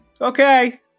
Okay